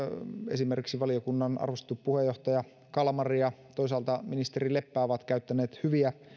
esimerkiksi valiokunnan arvostettu puheenjohtaja kalmari ja toisaalta ministeri leppä ovat käyttäneet hyviä